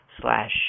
slash